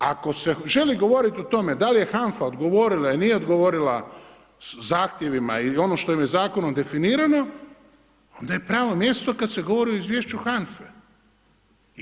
Ako se želi govoriti o tome da li je HANFA odgovorila ili nije odgovorila zahtjevima i ono što im je zakonom definirano, onda je pravo mjesto kada se govori o izvješću HANFA-e.